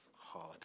hard